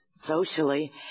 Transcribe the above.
Socially